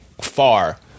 far